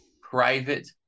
private